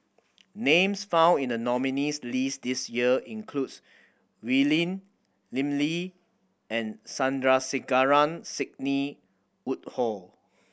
names found in the nominees' list this year includes Wee Lin Lim Lee and Sandrasegaran Sidney Woodhull